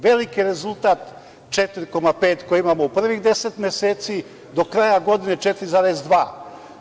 Veliki je rezultat 4,5%, koji imamo u prvih 10 meseci, do kraja godine 4,2%